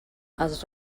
els